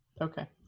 Okay